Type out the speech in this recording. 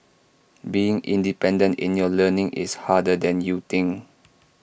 being independent in your learning is harder than you think